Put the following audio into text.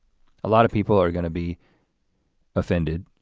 a lot of people are gonna be offended,